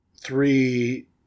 three